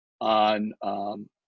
on